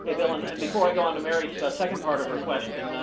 ah bill, and and before i go onto mary's second part of her question,